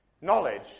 Knowledge